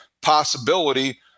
possibility